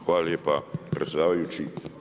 Hvala lijepa predsjedavajući.